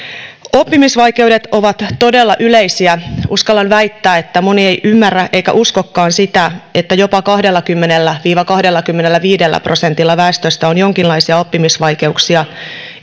oppimisvaikeudet ovat todella yleisiä uskallan väittää että moni ei ymmärrä eikä uskokaan sitä että jopa kahdellakymmenellä viiva kahdellakymmenelläviidellä prosentilla väestöstä on jonkinlaisia oppimisvaikeuksia